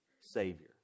Savior